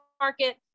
market